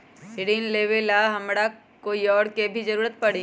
ऋन लेबेला हमरा कोई और के भी जरूरत परी?